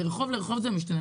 מרחוב לרחוב זה משתנה,